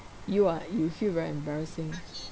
you ah you feel very embarrassing